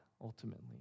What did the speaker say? ultimately